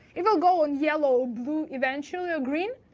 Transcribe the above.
it will go on yellow, blue eventually or green,